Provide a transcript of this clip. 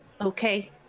okay